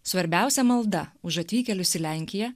svarbiausia malda už atvykėlius į lenkiją